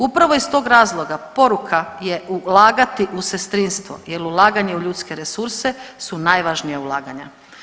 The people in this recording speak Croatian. Upravo iz tog razloga poruka je ulagati u sestrinstvo, jer ulaganje u ljudske resurse su najvažnija ulaganja.